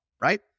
right